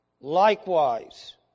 likewise